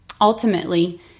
ultimately